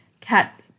cat